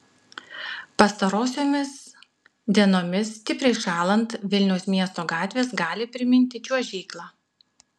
pastarosiomis dienomis stipriai šąlant vilniaus miesto gatvės gali priminti čiuožyklą